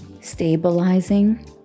stabilizing